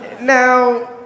Now